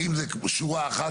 האם זה שורה אחת,